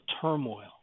turmoil